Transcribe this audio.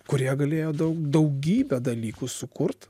kurie galėjo daug daugybę dalykų sukurt